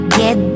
get